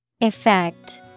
Effect